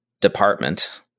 department